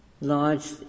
large